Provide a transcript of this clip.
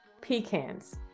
pecans